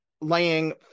laying